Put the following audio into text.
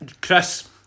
Chris